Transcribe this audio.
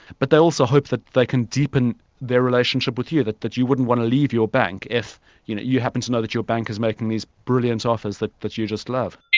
but they also hope that they can deepen their relationship with you, that you you wouldn't want to leave your bank if you know you happen to know that your bank is making these brilliant offers that that you just love.